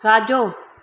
साॼो